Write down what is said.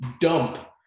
dump